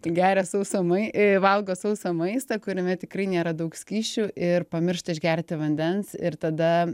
geria sausą mai valgo sausą maistą kuriame tikrai nėra daug skysčių ir pamiršta išgerti vandens ir tada